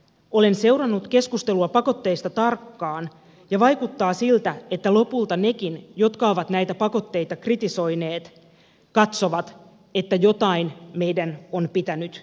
olen seurannut keskustelua pakotteista tarkkaan ja vaikuttaa siltä että lopulta nekin jotka ovat näitä pakotteita kritisoineet katsovat että jotain meidän on pitänyt tehdä